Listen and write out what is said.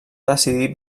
decidir